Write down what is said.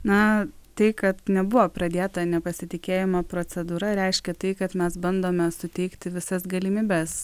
na tai kad nebuvo pradėta nepasitikėjimo procedūra reiškia tai kad mes bandome suteikti visas galimybes